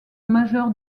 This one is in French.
majeur